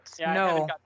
No